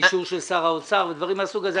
איסור של שר האוצר או דברים מהסוג הזה,